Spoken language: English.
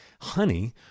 Honey